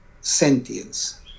sentience